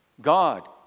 God